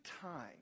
time